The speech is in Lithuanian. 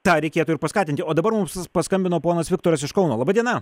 tą reikėtų ir paskatinti o dabar mums paskambino ponas viktoras iš kauno laba diena